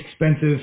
expensive